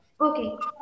Okay